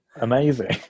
Amazing